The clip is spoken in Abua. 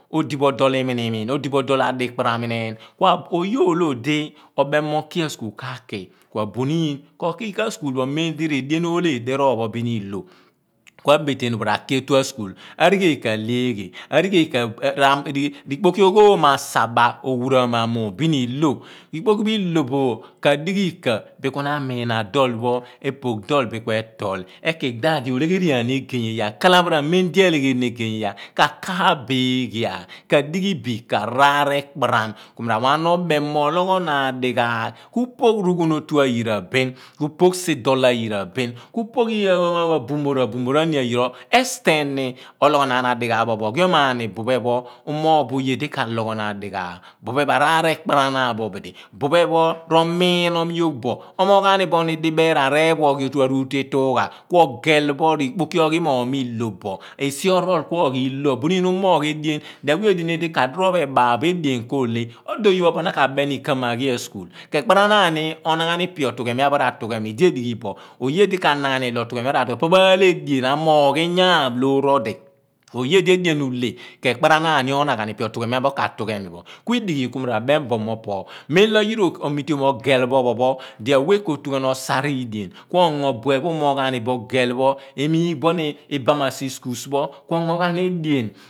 Odibo dool imini miin, odi bo do adi kpara mineen oye olo di obeeni mo kia a school kuka ki, kuna buniin kokika a̱school pho mem di redien oole diroor pho bin ii kua beteanu bo ra ki otua school, arighed kale eeghe kpoki oghom a saba owuraam a muun bin ilo, kui ilo boo̱gh ka dighi ika bi ku na miin ma dool pho ephoogh doa̱l bin ke tool. Ekigh daadi olegheriani egeey iyaar ka kaaph bo eeghia, kadi ghi bika araar ekparam, ku poogh rughun otu ayi ra bin ku poogh sidool ayira bin ku poogh buu moor, ra buumoor aani ayira bin extend ni oloogh adi ghaagh pho opho pho o ghion ma ni we pho a buphe pho u moogh bo oye di kaloghonaan dighaagh pho buphe araar pho araar ekparanaan bo, buphepho ro mii nom bo. Omoogh aa ni bo̱ ni di beeraan reephua oghighi a iuutu itugha pho. Kuo ghel pho riikpoki oghi mom mo ilo bo esi orol kuo ghi ilo, buniin umoogh. Edien olh, awe. Odini di kadiroor pho ebaal bo edean kuo ihe odo oye pho opo opo pho naa ka beni ika maghia school? Kepaar a naan ni onaghan ipe otughe mia pho ra kaaph bo idi edighi bo oye di kanaghan ilo otughe mia pho ra kaaph pho ma ihe eḏea̱n amoogh iyaan loor odi. Kuoye di edean ulhe keparanaan ni you di onagham ipe otughenua pho ra tughe mibo. Kuidighi ku mi abem bo mo pho mem lo̱ yira omiteom ogheel pho opo pho dia wẹ ko tughan osa ridean kuo ngo bue pho umoogh ghaa ni bo ogheel pho emiigh buen ibaam asischool pho ongo ghan edean.